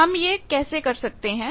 हम यह कैसे कर सकते हैं